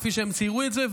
כפי שהם ציירו את זה,